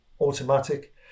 automatic